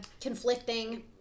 conflicting